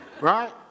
right